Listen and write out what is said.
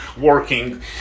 working